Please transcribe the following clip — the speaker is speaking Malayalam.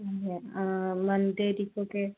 വൺ തേട്ടിക്കൊക്കെ